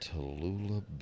Tallulah